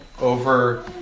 over